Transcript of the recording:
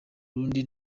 burundi